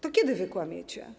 To kiedy wy kłamiecie?